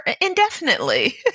indefinitely